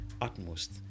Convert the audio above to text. utmost